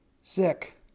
sick